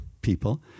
people